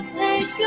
take